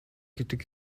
гэдэг